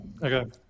Okay